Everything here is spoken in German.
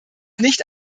nicht